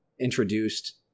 introduced